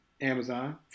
Amazon